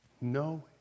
No